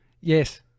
yes